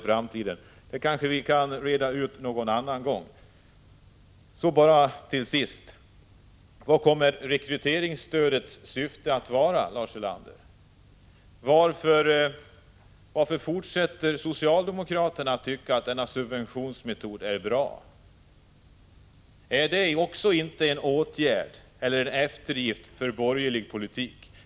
Vi kan kanske reda ut detta en annan gång. Till sist. Vilket syfte kommer rekryteringsstödet att ha, Lars Ulander? Varför tycker socialdemokraterna fortfarande att denna subventionsmetod är bra? Är det inte även här fråga om en eftergift för borgerlig politik?